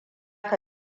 ka